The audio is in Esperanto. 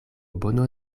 bono